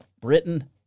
Britain